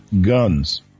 guns